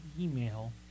email